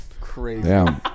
crazy